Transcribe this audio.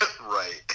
Right